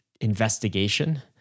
investigation